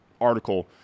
article –